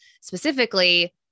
specifically